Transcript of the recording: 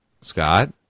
Scott